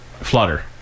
flutter